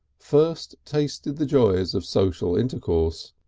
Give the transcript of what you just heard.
first tasted the joys of social intercourse.